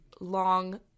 long